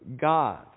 God